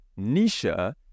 Nisha